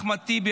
אחמד טיבי,